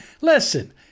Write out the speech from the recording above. Listen